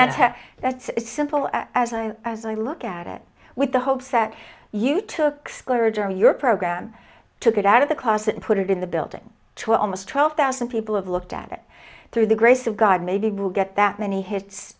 then that's it simple as i as i look at it with the hopes that you took splurge on your program took it out of the closet and put it in the building to almost twelve thousand people have looked at it through the grace of god maybe we will get that many hits